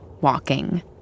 walking